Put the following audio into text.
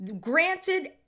granted